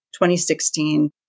2016